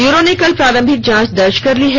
bureau ने कल प्रारंभिक जांच दर्ज कर ली है